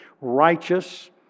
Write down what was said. righteous